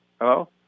Hello